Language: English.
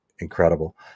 incredible